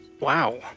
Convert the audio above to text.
Wow